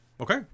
okay